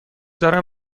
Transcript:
دارم